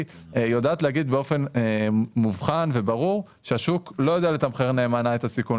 יודעת להגיד באופן מאובחן וברור שהשוק לא יודע לתמחר נאמנה את הסיכון.